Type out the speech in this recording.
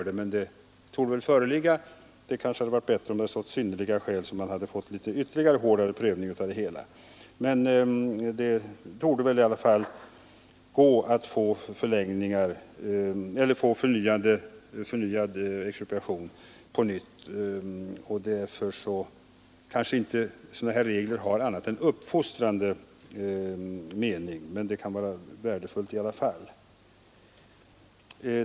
Det hade kanske varit bättre om det hade stått synnerliga skäl, så att man fått en ännu hårdare prövning, men det torde i alla fall gå att få förnyat expropriationstillstånd, och därför har kanske sådana regler inte annat än uppfostrande verkan. De kan vara värdefulla i alla fall.